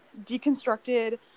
deconstructed